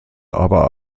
aber